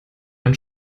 mein